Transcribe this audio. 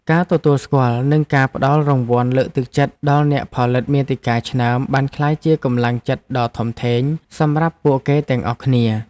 ការទទួលស្គាល់ និងការផ្ដល់រង្វាន់លើកទឹកចិត្តដល់អ្នកផលិតមាតិកាលឆ្នើមបានក្លាយជាកម្លាំងចិត្តដ៏ធំធេងសម្រាប់ពួកគេទាំងអស់គ្នា។